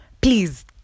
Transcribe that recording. please